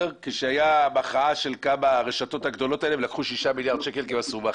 כשהייתה הכרעה של כמה רשויות גדולות ולקחו שישה מיליארד שקלים.